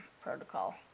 protocol